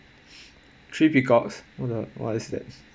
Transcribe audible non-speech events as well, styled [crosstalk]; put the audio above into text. [breath] three peacocks what the what is that